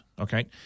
okay